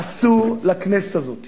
אסור לכנסת הזאת